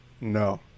No